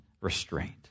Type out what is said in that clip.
restraint